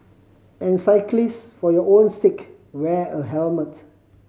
and cyclist for your own sake wear a helmet